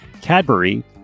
Cadbury